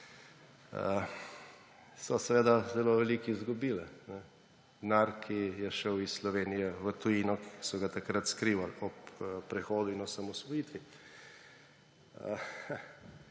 so seveda zelo veliko izgubile. Denar, ki je šel iz Slovenije v tujino, ki so ga takrat skrivali ob prehodu in osamosvojitvi.